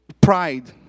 Pride